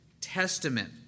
Testament